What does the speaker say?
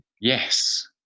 yes